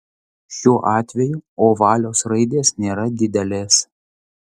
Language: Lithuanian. šiuo atveju ovalios raidės nėra didelės